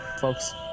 folks